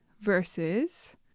versus